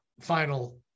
final